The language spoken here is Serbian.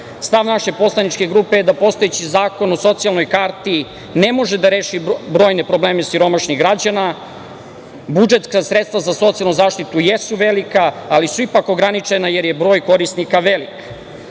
naše poslaničke grupe je da postojeći Zakon o socijalnoj karti ne može da reši brojne probleme siromašnih građana. Budžetska sredstva za socijalnu zaštitu jesu velika, ali su ipak ograničena jer je broj korisnika veliki.